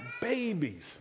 babies